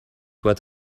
what